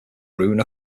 rune